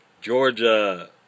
Georgia